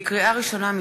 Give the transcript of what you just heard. לקריאה ראשונה,